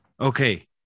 Okay